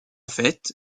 fait